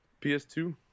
PS2